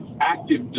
active